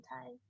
time